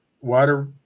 water